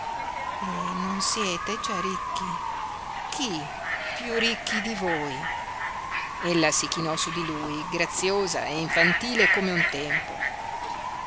e non siete già ricchi chi piú ricchi di voi ella si chinò su di lui graziosa e infantile come un tempo